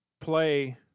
play